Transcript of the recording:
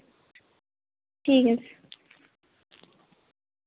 ᱴᱷᱤᱠ ᱟᱪᱷᱮ